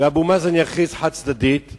ואבו מאזן יכריז חד-צדדית,